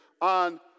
on